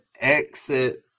exit